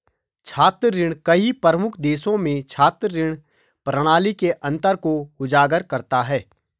छात्र ऋण कई प्रमुख देशों में छात्र ऋण प्रणाली के अंतर को उजागर करता है